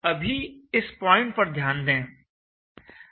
अभी इस पॉइंट पर ध्यान दें